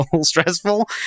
stressful